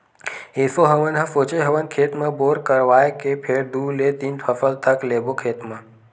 एसो हमन ह सोचे हवन खेत म बोर करवाए के फेर दू ले तीन फसल तक लेबो खेत म